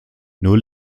nur